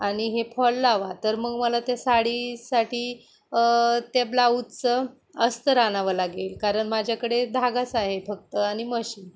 आणि हे फॉल लावा तर मग मला त्या साडीसाठी त्या ब्लाऊजचं अस्तर आणावं लागेल कारण माझ्याकडे धागाच आहे फक्त आणि मशीन